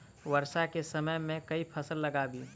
वर्षा केँ समय मे केँ फसल लगाबी?